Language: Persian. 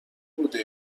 بوده